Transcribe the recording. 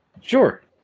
Sure